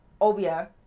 obia